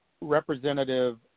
representative